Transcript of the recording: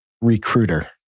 recruiter